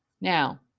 Now